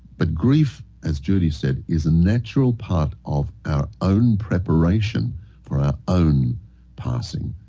but, grief as judy said, is a natural part of our own preparation for our own passing.